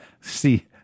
see